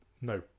no